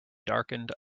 darkened